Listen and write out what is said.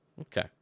Okay